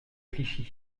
clichy